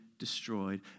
destroyed